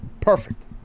Perfect